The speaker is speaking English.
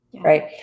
Right